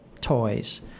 toys